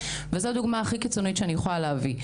וזו דוגמה הכי קיצונית שאני יכולה להביא,